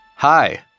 Hi